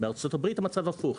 בארצות הברית המצב הפוך,